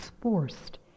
forced